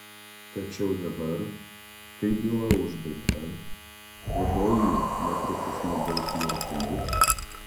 tačiau dabar kai byla užbaigta o doilį netrukus nubaus mirtimi